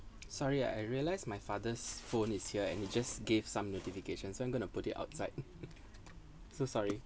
sorry I realised my father's phone is here and they just gave some notification so I'm gonna put it outside so sorry